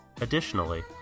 Additionally